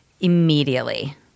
Immediately